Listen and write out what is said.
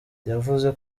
yavuze